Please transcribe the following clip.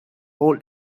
all